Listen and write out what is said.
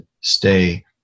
stay